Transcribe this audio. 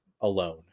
alone